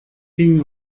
ging